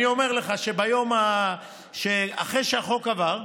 אני אומר לך שיום אחרי שהחוק עבר,